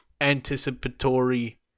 anticipatory